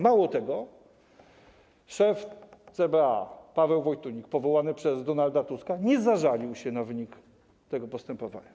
Mało tego, szef CBA Paweł Wojtunik powołany przez Donalda Tuska nie zażalił się na wynik tego postępowania.